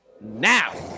now